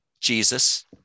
Jesus